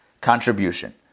contribution